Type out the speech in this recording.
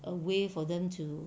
a way for them to